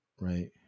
right